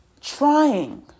trying